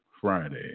Friday